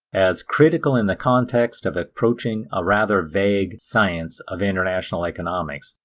as critical in the context of approaching a rather vague science of international economics,